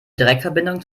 direktverbindung